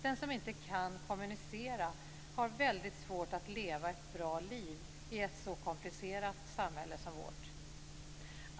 Den som inte kan kommunicera har svårt att leva ett bra liv i ett så komplicerat samhälle som vårt.